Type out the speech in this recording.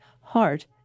Heart